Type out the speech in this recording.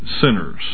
sinners